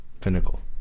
pinnacle